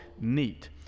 neat